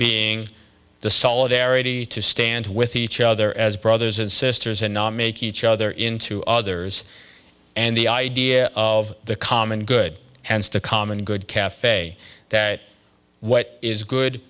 being the solidarity to stand with each other as brothers and sisters and make each other into others and the idea of the common good hands to common good caf that what is good